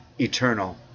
eternal